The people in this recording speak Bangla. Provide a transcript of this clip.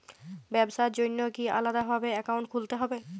ব্যাবসার জন্য কি আলাদা ভাবে অ্যাকাউন্ট খুলতে হবে?